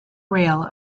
rail